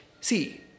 See